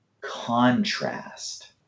contrast